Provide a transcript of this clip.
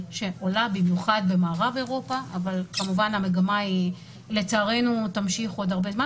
במיוחד במערב אירופה אבל כמובן המגמה לצערנו תמשיך עוד הרבה זמן